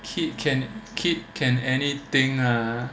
kid can kid can anything lah